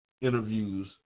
interviews